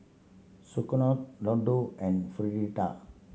Sauerkraut Ladoo and Fritada